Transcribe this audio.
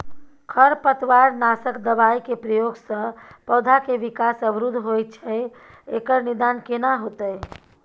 खरपतवार नासक दबाय के प्रयोग स पौधा के विकास अवरुध होय छैय एकर निदान केना होतय?